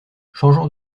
changeant